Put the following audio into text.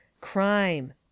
crime